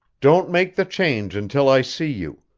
don't make the change until i see you.